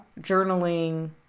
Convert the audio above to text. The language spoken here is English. journaling